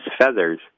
feathers